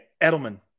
Edelman